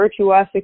virtuosic